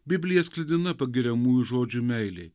biblija sklidina pagiriamųjų žodžių meilei